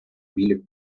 білі